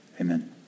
Amen